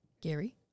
Gary